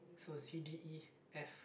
so C D E F